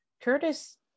Curtis